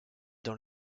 dans